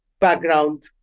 background